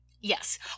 Yes